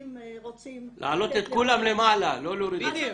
להעלות את כולם למעלה, לא להוריד.